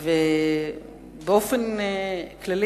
באופן כללי,